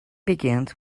begins